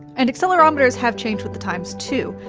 and accelerometers have changed with the times, too.